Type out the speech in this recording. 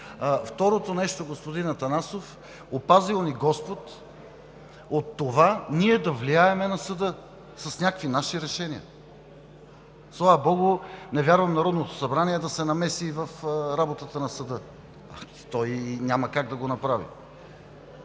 Второто нещо, господин Атанасов, опазил ни господ от това, ние да влияем на съда с някакви наши решения. Не вярвам Народното събрание да се намеси в работата на съда, то и няма как да го направи.